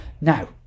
Now